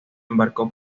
embarcó